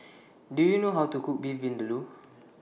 Do YOU know How to Cook Beef Vindaloo